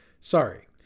Sorry